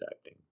acting